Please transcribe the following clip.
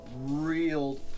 real